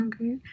Okay